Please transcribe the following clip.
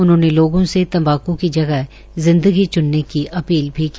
उन्होंने लोगों से तम्बाकू की जगह जिंदगी च्नने की अपील भी की